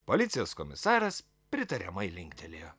policijos komisaras pritariamai linktelėjo